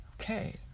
Okay